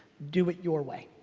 do it your way.